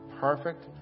perfect